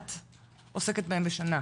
עוסקת בהם בשנה?